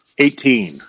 Eighteen